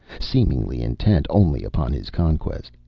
seemingly intent only upon his conquest.